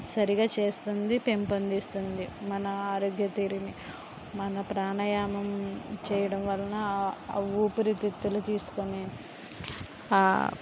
సరిగా చేస్తుంది పెంపొందిస్తుంది మన ఆరోగ్యతీరుని మన ప్రాణాయామం చేయడం వలన ఊపిరితిత్తులు తీసుకుని